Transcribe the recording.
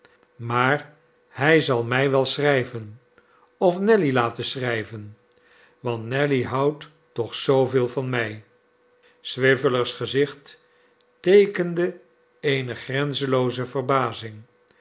maar hij zal mij wel schrijven of nelly laten schrijven want nelly houdt toch zooveel van mij swiveller's gezicht teekende eene grenzelooze verbazing